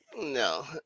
No